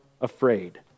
afraid